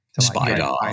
Spider